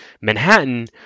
Manhattan